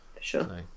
sure